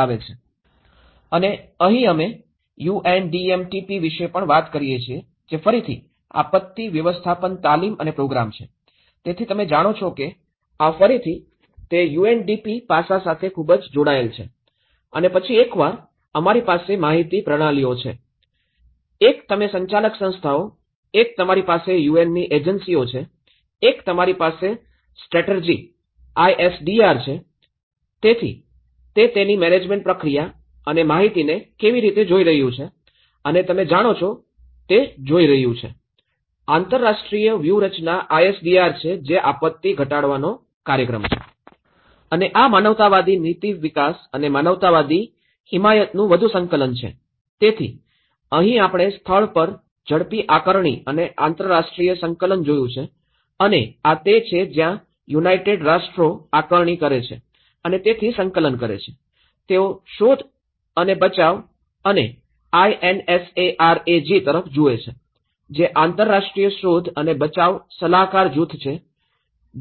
અને અહીં અમે યુએનડીએમટીપી વિશે પણ વાત કરીએ છીએ જે ફરીથી આપત્તિ વ્યવસ્થાપન તાલીમ અને પ્રોગ્રામ છે તેથી તમે જાણો છો કે આ ફરીથી તે યુએનડીપી પાસા સાથે ખૂબ જોડાયેલ છે અને પછી એકવાર અમારી પાસે માહિતી પ્રણાલીઓ છે એક તમે સંચાલક સંસ્થાઓ એક તમારી પાસે યુએનની એજન્સીઓ છે એક તમારી પાસે સ્ટ્રેટેજી આઇએસડીઆર છે તેથી તે તેની મેનેજમેન્ટ પ્રક્રિયા અને માહિતીને કેવી રીતે જોઈ રહ્યું છે અને તમે જાણો છો તે જોઈ રહ્યું છે આ આંતરરાષ્ટ્રીય વ્યૂહરચના આઈએસડીઆર છે જે આપત્તિ ઘટાડવાનો કાર્યક્રમ છે અને આ માનવતાવાદી નીતિ વિકાસ અને માનવતાની હિમાયતનું વધુ સંકલન છે તેથી અહીં આપણે સ્થળ પર ઝડપી આકારણી અને આંતરરાષ્ટ્રીય સંકલન જોયું છે અને આ તે છે જ્યાં યુનાઇટેડ રાષ્ટ્રો આકારણી કરે છે અને તેથી સંકલન કરે છે તેઓ શોધ અને બચાવ અને આઈ એનએસએઆરએજી તરફ જુએ છે જે આંતરરાષ્ટ્રીય શોધ અને બચાવ સલાહકાર જૂથ છે